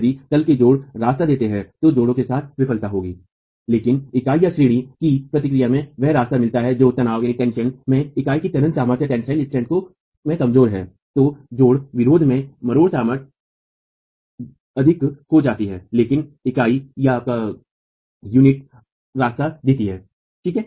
यदि तल के जोड़ रास्ता देता है तो जोड़ों के साथ विफलता होगी लेकिन इकाईश्रेणी की प्रक्रिया में वह रास्ता मिलता है जो तनाव में इकाई की तनन सामर्थ्य में कमजोर है तो जोड़ विरोध में मरोड़ सामर्थ्य अधिक हो जाती है लेकिन इकाई रास्ता देती है ठीक है